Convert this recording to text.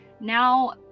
now